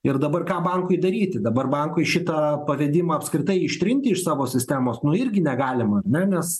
ir dabar ką bankui daryti dabar bankui šitą pavedimą apskritai ištrinti iš savo sistemos nu irgi negalima ar ne nes